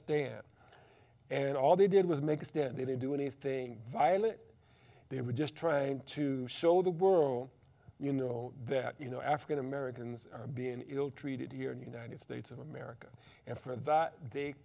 stand and all they did was make a stand they didn't do anything violent they were just trying to show the world you know that you know african americans are being ill treated here in united states of america and for that they